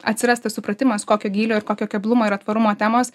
atsiras tas supratimas kokio gylio ir kokio keblumo yra tvarumo temos